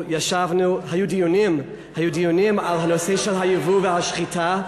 היו דיונים על הנושא של היבוא והשחיטה.